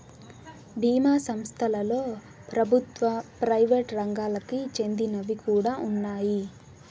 బీమా సంస్థలలో ప్రభుత్వ, ప్రైవేట్ రంగాలకి చెందినవి కూడా ఉన్నాయి